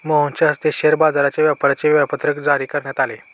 मोहनच्या हस्ते शेअर बाजाराच्या व्यापाराचे वेळापत्रक जारी करण्यात आले